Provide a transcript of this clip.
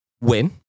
Win